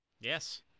Yes